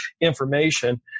information